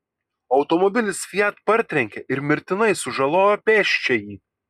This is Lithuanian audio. automobilis fiat partrenkė ir mirtinai sužalojo pėsčiąjį